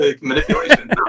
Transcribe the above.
manipulation